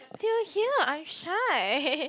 feel here I shy